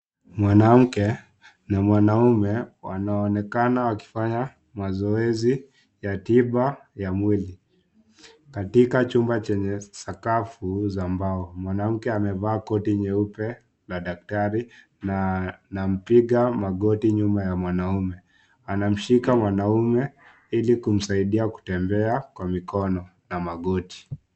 Mwanamke na mwanaume wanaonekana wakifanya mazoezi ya tiba ya mwili katika chumba chenye sakafu za mbao. Mwanamke amevaa koti nyeupe na daktari anapiga magoti nyuma ya mwanaume. Anamshika mwanaume Ili kumsaidia kutembea kwa mikono na magoti.